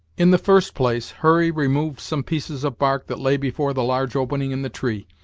in the first place, hurry removed some pieces of bark that lay before the large opening in the tree,